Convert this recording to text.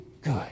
good